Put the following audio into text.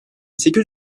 sekiz